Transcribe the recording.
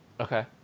Okay